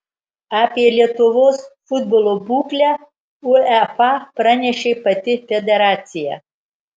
apie lietuvos futbolo būklę uefa pranešė pati federacija